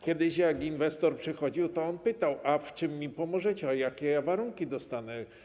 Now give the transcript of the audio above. Kiedyś, gdy inwestor przychodził, to pytał: A w czym mi pomożecie, jakie warunki dostanę?